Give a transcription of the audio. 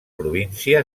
província